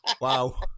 Wow